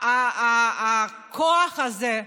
הכוח הזה,